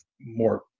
more